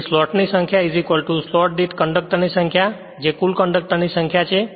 તેથી સ્લોટની સંખ્યા સ્લોટ દીઠ કંડક્ટર ની સંખ્યા જે કુલ કંડક્ટર ની સંખ્યા છે